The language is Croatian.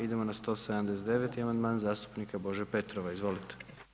Idemo na 179. amandman zastupnika Bože Petrova, izvolite.